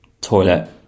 toilet